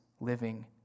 living